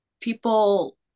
people